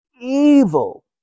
evil